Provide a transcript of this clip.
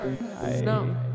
No